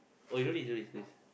oh you do this do this please